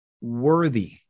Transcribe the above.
worthy